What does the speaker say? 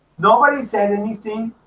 nobody said anything